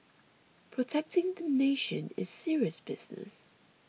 protecting the nation is serious business